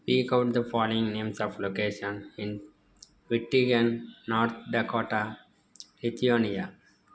speak out the following names of location in Wittingen North Dakota Ethiopia